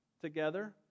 together